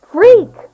Freak